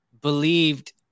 believed